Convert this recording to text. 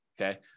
okay